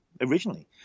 originally